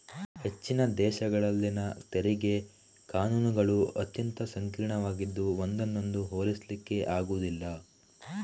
ಹೆಚ್ಚಿನ ದೇಶಗಳಲ್ಲಿನ ತೆರಿಗೆ ಕಾನೂನುಗಳು ಅತ್ಯಂತ ಸಂಕೀರ್ಣವಾಗಿದ್ದು ಒಂದನ್ನೊಂದು ಹೋಲಿಸ್ಲಿಕ್ಕೆ ಆಗುದಿಲ್ಲ